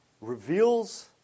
reveals